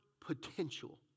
potential